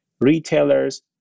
retailers